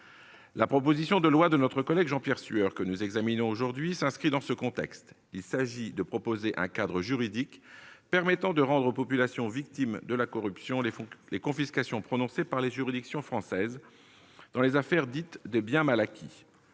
La proposition de loi de notre collègue que nous examinons aujourd'hui s'inscrit dans ce contexte ; il s'agit de proposer un cadre juridique permettant de rendre aux populations victimes de la corruption les confiscations prononcées par les juridictions françaises dans les affaires dites des biens mal acquis.